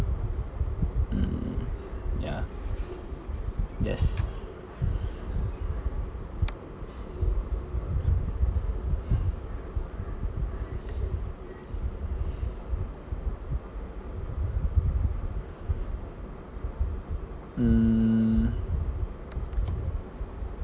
mm yeah yes mm